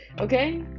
okay